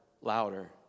louder